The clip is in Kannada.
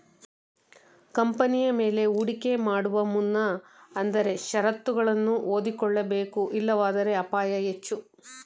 ಕಂಪನಿಯ ಮೇಲೆ ಹೂಡಿಕೆ ಮಾಡುವ ಮುನ್ನ ಆದರೆ ಶರತ್ತುಗಳನ್ನು ಓದಿಕೊಳ್ಳಬೇಕು ಇಲ್ಲವಾದರೆ ಅಪಾಯ ಹೆಚ್ಚು